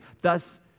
thus